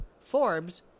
forbes